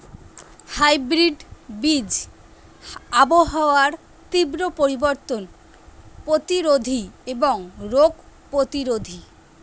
hybrid বীজ আবহাওয়ার তীব্র পরিবর্তন প্রতিরোধী এবং রোগ প্রতিরোধী